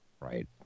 right